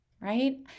right